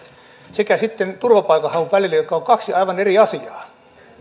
sekä turvapaikanhaun välille jotka ovat kaksi aivan eri asiaa